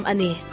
Ani